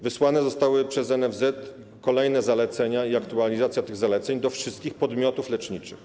Wysłane zostały przez NFZ kolejne zalecenia i aktualizacja tych zaleceń do wszystkich podmiotów leczniczych.